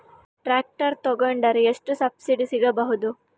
Tractor ತೊಕೊಂಡರೆ ಎಷ್ಟು subsidy ಸಿಗಬಹುದು?